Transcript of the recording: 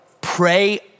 pray